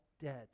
dead